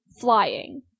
flying